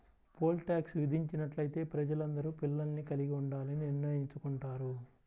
pole tax విధించినట్లయితే ప్రజలందరూ పిల్లల్ని కలిగి ఉండాలని నిర్ణయించుకుంటారు